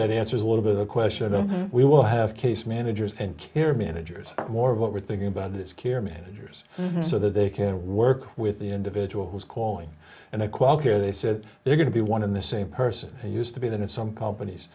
that answers a little bit of question and we will have case managers and kira managers more of what we're thinking about is care managers so that they can work with the individual who's calling and i quote here they said they're going to be one in the same person you used to be that in some companies